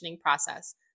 process